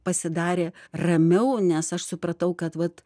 pasidarė ramiau nes aš supratau kad vat